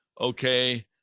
okay